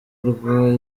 rwa